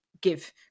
give